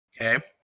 Okay